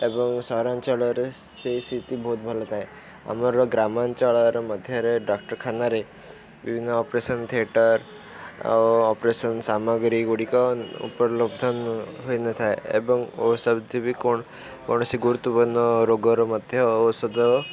ଏବଂ ସହରାଞ୍ଚଳରେ ସେଇ ସ୍ଥିତି ବହୁତ ଭଲ ଥାଏ ଆମର ଗ୍ରାମାଞ୍ଚଳର ମଧ୍ୟରେ ଡ଼ାକ୍ତରଖାନାରେ ବିଭିନ୍ନ ଅପରେସନ୍ ଥିଏଟର୍ ଆଉ ଅପରେସନ୍ ସାମଗ୍ରୀ ଗୁଡ଼ିକ ଉପଲବ୍ଧ ହୋଇନଥାଏ ଏବଂ ଔଷଧ ବି କୌଣସି ଗୁରୁତ୍ୱପୂର୍ଣ୍ଣ ରୋଗର ମଧ୍ୟ ଔଷଧ